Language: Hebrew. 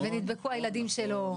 ונדבקו הילדים שלו,